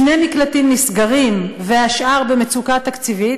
שני מקלטים נסגרים והשאר במצוקה תקציבית,